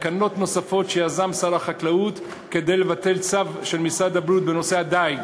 תקנות נוספות שיזם שר החקלאות כדי לבטל צו של משרד הבריאות בנושא דיג